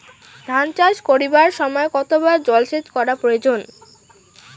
ধান চাষ করিবার সময় কতবার জলসেচ করা প্রয়োজন?